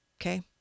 Okay